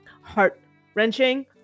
heart-wrenching